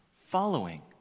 following